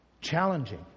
Challenging